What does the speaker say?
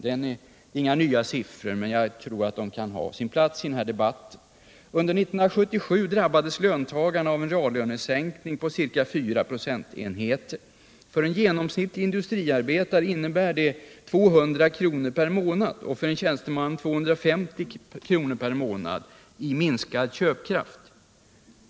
Det är inga nya siffror, men jag tror ändå att de kan ha en plats i den här debatten. Under 1977 drabbades löntagarna av en reallönesänkning på fyra procentenheter. För en genomsnittlig industriarbetare innebär det 200 kr. per månad och för en tjänsteman 250 kr. per månad i minskad köpkraft.